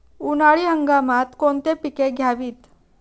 उन्हाळी हंगामात कोणती पिके घ्यावीत?